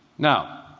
now,